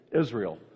Israel